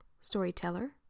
storyteller